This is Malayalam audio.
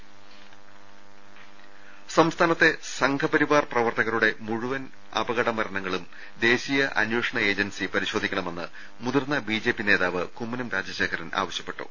്്്്് സംസ്ഥാനത്തെ സംഘപരിവാർ പ്രവർത്തകരുടെ മുഴുവൻ അപ കട മരണങ്ങളും ദേശീയ അന്വേഷണ ഏജൻസി പരിശോധിക്കണമെന്ന് മുതിർന്ന ബി ജെ പി നേതാവ് കുമ്മനം രാജശേഖരൻ ആവശ്യപ്പെട്ടു